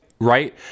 right